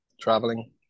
traveling